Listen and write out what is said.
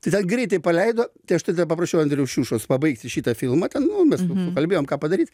tai ten greitai paleido tai aš tada paprašiau andriaus šiušos pabaigti šitą filmą ten mes pakalbėjom ką padaryt